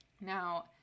now